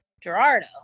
Gerardo